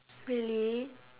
really